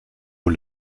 aux